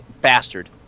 bastard